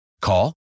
call